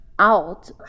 out